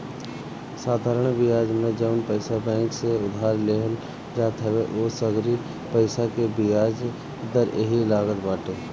साधरण बियाज में जवन पईसा बैंक से उधार लेहल जात हवे उ सगरी पईसा के बियाज दर एकही लागत बाटे